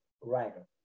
writer